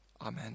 Amen